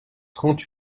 trente